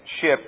ship